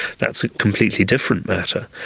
that's a completely different matter.